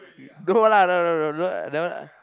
don't want lah no no no no no don't want lah